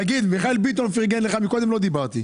מיכאל ביטון פרגן לך קודם לא דיברתי.